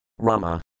Rama